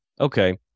Okay